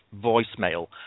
voicemail